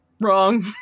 Wrong